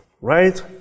right